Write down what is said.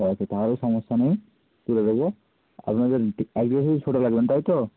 আচ্ছা তাহলে সমস্যা নেই তুলে দেবো আপনাদের এক তাই তো